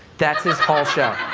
that's his whole show.